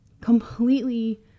completely